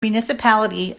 municipality